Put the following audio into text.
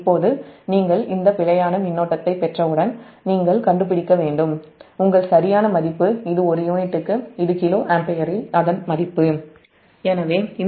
இப்போது நீங்கள் இந்த பிழையான மின்னோட்டத்தைப் பெற்றவுடன் இது ஒரு யூனிட்டுக்கு அதன் மதிப்பு ஒரு கிலோ ஆம்பியரில் நீங்கள் உங்கள் சரியான மதிப்பு கண்டுபிடிக்க வேண்டும்